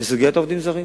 בסוגיית העובדים הזרים.